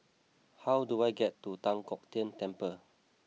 how do I get to Tan Kong Tian Temple